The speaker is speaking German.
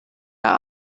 der